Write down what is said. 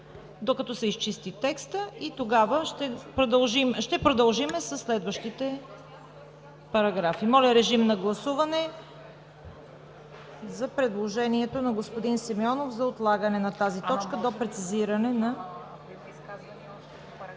докато се изчисти текстът и тогава ще продължим със следващите параграфи. Гласуваме предложението на господин Симеонов за отлагане на тази точка до прецизиране на…